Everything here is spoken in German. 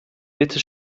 bitte